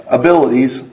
abilities